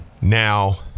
Now